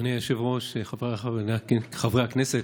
אדוני היושב-ראש, חבריי חברי הכנסת,